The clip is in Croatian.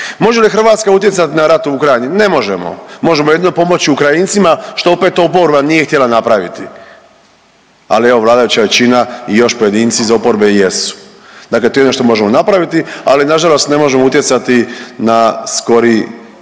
Može li Hrvatska utjecati na rat u Ukrajini? Ne možemo. Možemo jedino pomoći Ukrajincima što opet to oporba nije htjela napraviti. Ali evo vladajuća većina i još pojedinci iz oporbe jesu. Dakle, to je jedino što možemo napraviti, ali na žalost ne možemo utjecati na skori